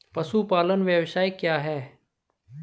पशुपालन व्यवसाय क्या है?